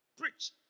preach